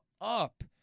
up